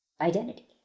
identity